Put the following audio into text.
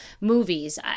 movies